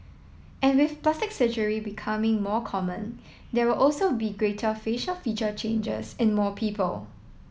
and with plastic surgery becoming more common there will also be greater facial feature changes in more people